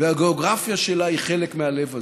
והגיאוגרפיה שלה היא חלק מהלב הזה.